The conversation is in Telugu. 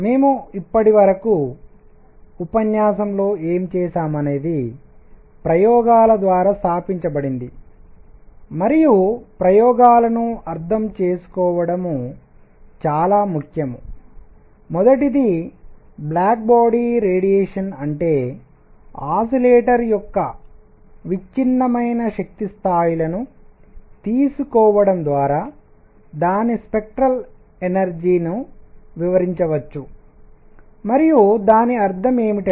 మేము ఇప్పటివరకు ఉపన్యాసంలో ఏమి చేసాము అనేది ప్రయోగాల ద్వారా స్థాపించబడింది మరియు ప్రయోగాలను అర్థం చేసుకోవడం చాలా ముఖ్యం మొదటిది బ్లాక్ బాడీ కృష్ణ వస్తువు రేడియేషన్ వికిరణం అంటే ఆసిలేటర్ డోలకం యొక్క విచ్ఛిన్నమైనక్వంటైజ్డ్ శక్తి స్థాయిలను తీసుకోవడం ద్వారా దాని స్పెక్ట్రల్ ఎనర్జీ వర్ణపటయుక్త సాంద్రతను వివరించవచ్చు మరియు దాని అర్థం ఏమిటి